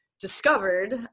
discovered